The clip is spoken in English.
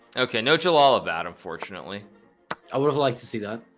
okay no chill all about unfortunately i would have liked to see that